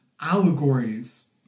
allegories